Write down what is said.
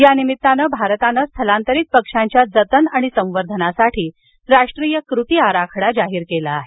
यानिमित्तानं भारतानं स्थलांतरित पक्षांच्या जतन आणि संवर्धनासाठी राष्ट्रीय कृतीआराखडा जाहीर केला आहे